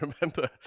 remember